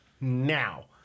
Now